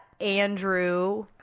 Andrew